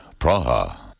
Praha